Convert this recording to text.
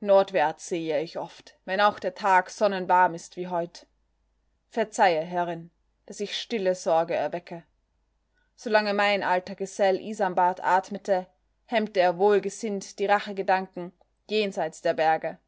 nordwärts sehe ich oft wenn auch der tag sonnenwarm ist wie heut verzeihe herrin daß ich stille sorge erwecke solange mein alter gesell isanbart atmete hemmte er wohlgesinnt die rachegedanken jenseit der berge